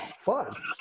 fun